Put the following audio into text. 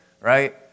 right